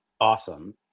awesome